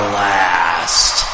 last